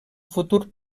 futur